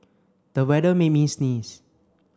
the weather made me sneeze